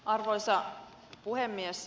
arvoisa puhemies